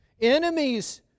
Enemies